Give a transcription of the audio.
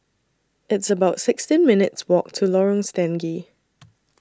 It's about sixteen minutes' Walk to Lorong Stangee